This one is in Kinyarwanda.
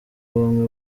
bamwe